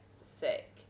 sick